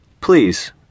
Please